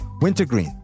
wintergreen